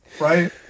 Right